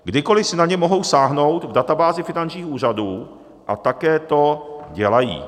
Kdykoliv si na ně mohou sáhnout v databázi finančních úřadů a také to dělají.